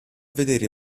vedere